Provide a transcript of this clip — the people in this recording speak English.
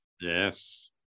Yes